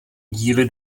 díly